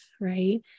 right